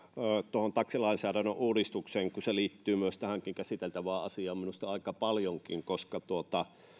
tuohon taksilainsäädännön uudistukseen kun se liittyy myös tähänkin käsiteltävään asiaan minusta aika paljonkin